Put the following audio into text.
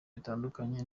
bitandukanye